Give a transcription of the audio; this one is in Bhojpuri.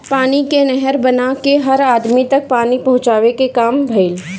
पानी कअ नहर बना के हर अदमी तक पानी पहुंचावे कअ काम भइल